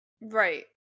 Right